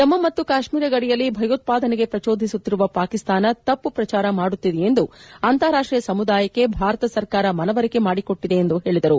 ಜಮ್ಮು ಮತ್ತು ಕಾಶ್ಮೀರದ ಗಡಿಯಲ್ಲಿ ಭಯೋತ್ಪಾದನೆಗೆ ಪ್ರಚೋದಿಸುತ್ತಿರುವ ಪಾಕಿಸ್ತಾನ ತಪ್ಪು ಪ್ರಚಾರ ಮಾಡುತ್ತಿದೆ ಎಂದು ಅಂತಾರಾಷ್ಟೀಯ ಸಮುದಾಯಕ್ಕೆ ಭಾರತ ಸರ್ಕಾರ ಮನವರಿಕೆ ಮಾಡಿಕೊಟ್ಟಿದೆ ಎಂದು ಹೇಳಿದರು